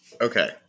Okay